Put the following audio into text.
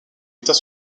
état